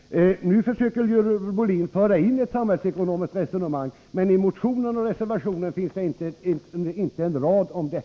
Nu försöker Görel Bohlin föra in ett samhällsekonomiskt resonemang, men i motioner och reservationer står inte en rad om det.